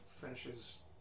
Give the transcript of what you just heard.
finishes